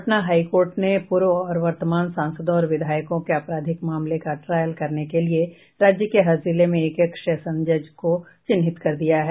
Patna high court ने पूर्व और वर्तमान सांसदों और विधायकों के आपराधिक मामले का ट्रॉयल करने के लिए राज्य के हर जिले में एक एक सेशन जज को चिन्हित कर दिया है